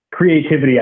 Creativity